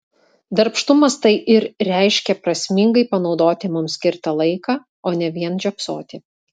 darbštumas tai ir reiškia prasmingai panaudoti mums skirtą laiką o ne vien žiopsoti